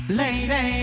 lady